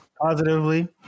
Positively